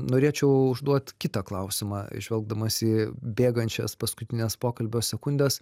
norėčiau užduot kitą klausimą žvelgdamas į bėgančias paskutines pokalbio sekundes